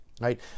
Right